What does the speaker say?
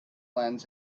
lends